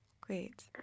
Great